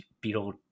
Beetle